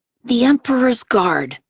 the emperor's guard